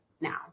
now